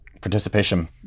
participation